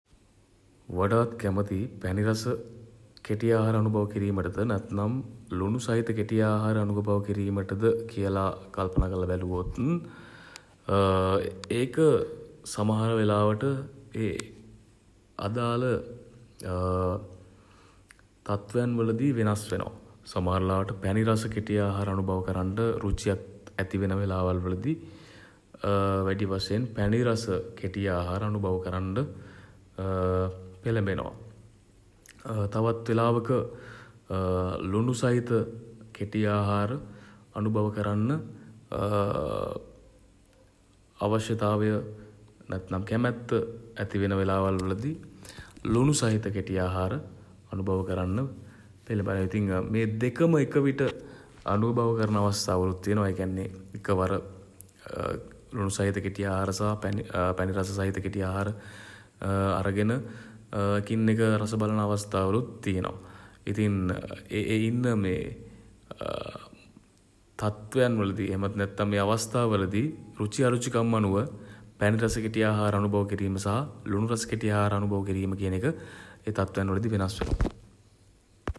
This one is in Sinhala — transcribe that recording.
වඩාත් කැමති පැණිරස කෙටි ආහාර අනුභව කිරීමටද ලුණු සහිත කෙටි ආහාර අනුභව කිරීමටද කියලා කල්පනා කරලා බැලුවොත් ඒක සමහර වෙලාවට ඒ අදාළ තත්වයන් වලදී වෙනස් වෙනවා. සමහර වෙලාවට පැණිරස කෙටි ආහාර අනුභව කරන්න රුචියක් ඇති වෙන වෙලාවල් වලදී වැඩි වශයෙන් පැණි රස කෙටි ආහාර අනුභව කරන්ඩ පෙළඹෙනවා. තවත් වෙලාවක ලුණු සහිත කෙටි ආහාර අනුභව කරන්න අවශ්‍යතාවය නැත්නම් කැමැත්ත ඇති වෙන වෙලාවල් වලදී ලුණු සහිත කෙටි ආහාර අනුභව කරන්න පෙළඹෙනවා. ඉතින් මේ දෙකම එක විට අනුභව කරන අවස්ථා වලුත් තියනවා. ඒ කියන්නේ එක වර ලුණු සහිත කෙටි ආහාර සහ පැණි රස සහිත කෙටි ආහාර අරගෙන එකින් එක රස බලන අවස්ථාවලුත් තියෙනවා. ඉතින් ඒ ඒ ඉන්න තත්වයන් වලදී එහෙමත් නැත්නම් ඒ අවස්ථා වලදී රුචි අරුචිකම් අනුව පැණි රස කෙටි ආහාර අනුභව කිරීම සහ ලුණු රස කෙටි ආහාර අනුභව කිරීම කියන එක ඒ තත්වයන් වලදී වෙනස් වෙනවා.